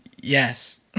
Yes